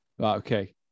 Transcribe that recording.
Okay